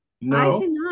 No